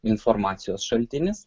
informacijos šaltinis